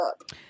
up